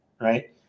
Right